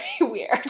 weird